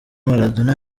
maradona